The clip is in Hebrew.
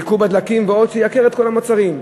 הייקור בדלקים ועוד, שייקרו את כל המוצרים.